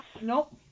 Nope